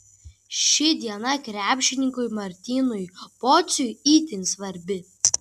ši diena krepšininkui martynui pociui itin svarbi